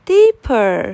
Deeper